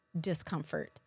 Discomfort